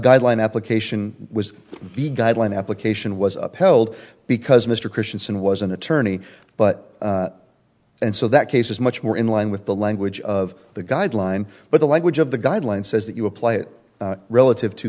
guideline application was guideline application was upheld because mr christianson was an attorney but and so that case is much more in line with the language of the guideline but the language of the guidelines says that you apply it relative to